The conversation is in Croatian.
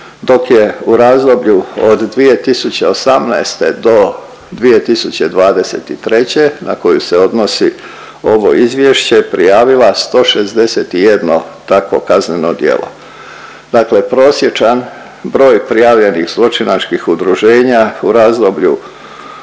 dok je u razdoblju od 2018. do 2023. na koju se odnosi ovo izvješće prijavila 161 takvo kazneno djelo. Dakle prosječan broj prijavljenih zločinačkih udruženja u razdoblju